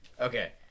Okay